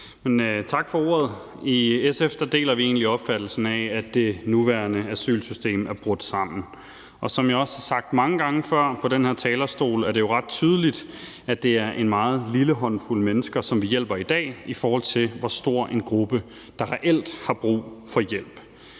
Men tak for ordet. I SF deler vi egentlig opfattelsen af, at det nuværende asylsystem er brudt sammen, og som jeg også har sagt mange gange før fra den her talerstol, er det jo ret tydeligt, at det er en meget lille håndfuld mennesker, som vi hjælper i dag, i forhold til hvor stor en gruppe der reelt har brug for hjælp.